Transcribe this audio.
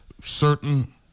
certain